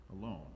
alone